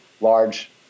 large